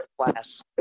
class